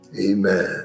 Amen